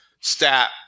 stat